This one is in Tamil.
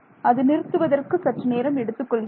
அது நிறுத்துவதற்கு சற்று நேரம் எடுத்துக் கொள்கிறது